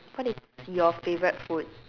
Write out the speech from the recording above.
what is your favourite food